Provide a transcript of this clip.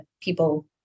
people